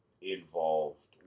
involved